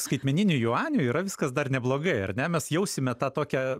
skaitmeniniu juaniu yra viskas dar neblogai ar ne mes jausime tą tokią